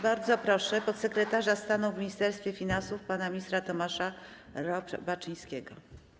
Bardzo proszę podsekretarza stanu w Ministerstwie Finansów pana ministra Tomasza Robaczyńskiego.